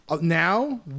now